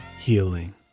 Healing